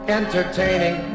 entertaining